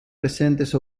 presentes